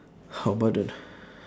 how about the